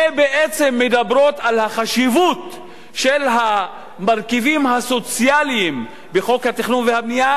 שבעצם מדברות על החשיבות של המרכיבים הסוציאליים בחוק התכנון והבנייה,